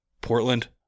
Portland